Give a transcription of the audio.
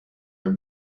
are